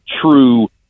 true